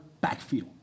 backfield